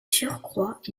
surcroît